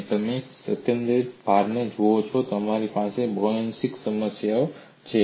અને જો તમે સંકેન્દ્રિત ભારને જુઓ તો આ તમારી બૌસ્સીનેસ્કBoussinesq's ની સમસ્યા જેવી છે